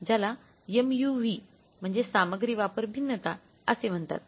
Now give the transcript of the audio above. ज्याला MUV म्हणजे सामग्री वापर भिन्नता असे म्हणतात